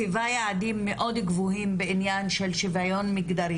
כאשר מצד אחד היא מציבה יעדים מאוד גבוהים בעניין של שוויון מגדרי